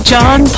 John